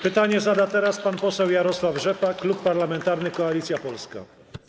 Pytanie zada pan poseł Jarosław Rzepa, Klub Parlamentarny Koalicja Polska.